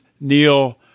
Neil